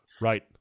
right